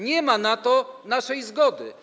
Nie ma na to naszej zgody.